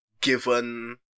given